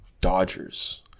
Dodgers